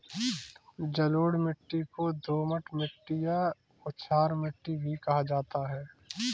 जलोढ़ मिट्टी को दोमट मिट्टी या कछार मिट्टी भी कहा जाता है